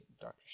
Doctor